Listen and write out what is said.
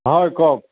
হয় কওক